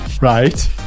Right